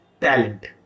talent